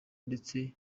ndetse